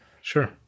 sure